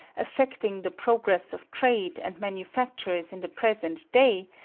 affecting the progress of trade and manufactures in the present day,